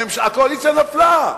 הקואליציה נפלה.